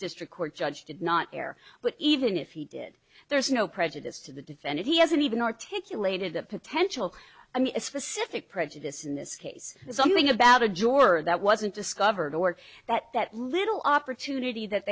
district court judge did not care but even if he did there's no prejudice to defend it he hasn't even articulated a potential a specific prejudice in this case something about a juror that wasn't discovered or that that little opportunity that